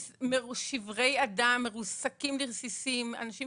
שברי אדם, מרוסקים לרסיסים, אנשים